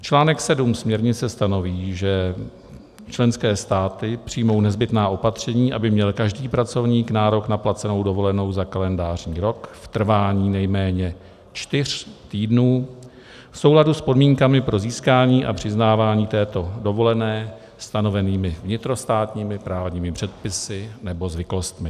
Článek 7 směrnice stanoví, že členské státy přijmou nezbytná opatření, aby měl každý pracovník nárok na placenou dovolenou za kalendářní rok v trvání nejméně čtyř týdnů v souladu s podmínkami pro získání a přiznávání této dovolené stanovenými vnitrostátními právními předpisy nebo zvyklostmi.